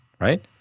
right